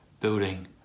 building